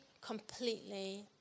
completely